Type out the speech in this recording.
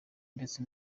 ndetse